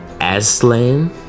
Aslan